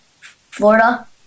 Florida